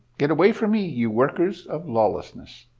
get away from me, you workers of lawlessness!